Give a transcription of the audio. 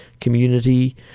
community